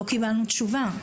לא קיבלנו תשובה.